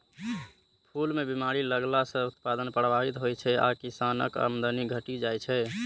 फूल मे बीमारी लगला सं उत्पादन प्रभावित होइ छै आ किसानक आमदनी घटि जाइ छै